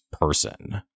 person